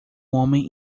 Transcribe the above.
homem